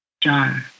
John